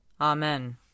Amen